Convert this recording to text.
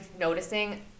noticing